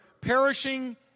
perishing